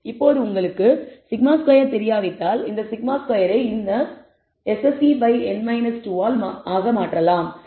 இப்போது உங்களுக்கு σ2 தெரியாவிட்டால் இந்த σ2 ஐ இந்த σ2 SSEn 2 ஆல் மாற்றலாம்